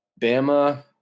Bama